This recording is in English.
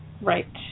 right